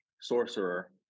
sorcerer